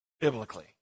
biblically